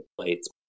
plates